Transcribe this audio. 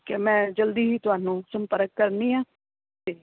ਕਿ ਮੈਂ ਜਲਦੀ ਹੀ ਤੁਹਾਨੂੰ ਸੰਪਰਕ ਕਰਨੀ ਆ